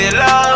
love